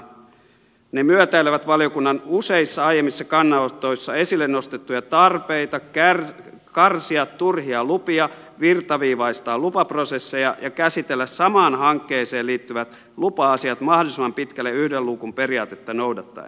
ne myötäilevät valiokunnan useissa aiemmissa kannanotoissa esille nostettuja tarpeita karsia turhia lupia virtaviivaistaa lupaprosesseja ja käsitellä samaan hankkeeseen liittyvät lupa asiat mahdollisimman pitkälle yhden luukun periaatetta noudattaen